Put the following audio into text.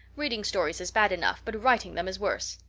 reading stories is bad enough but writing them is worse.